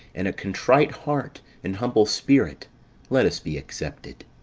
in a contrite heart and humble spirit let us be accepted.